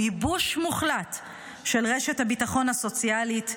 הוא ייבוש מוחלט של רשת הביטחון הסוציאלית,